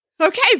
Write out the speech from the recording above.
Okay